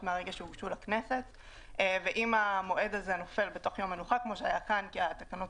ואם יש קושי של משרד המשפטים,